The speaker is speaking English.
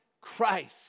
Christ